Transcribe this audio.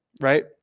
right